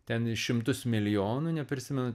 ten šimtus milijonų neprisimenu